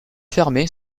fermé